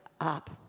up